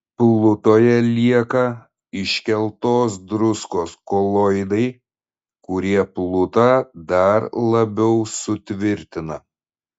plutoje lieka iškeltos druskos koloidai kurie plutą dar labiau sutvirtina